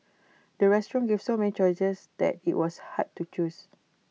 the restaurant gave so many choices that IT was hard to choose